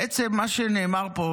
בעצם מה שנאמר פה,